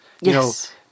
yes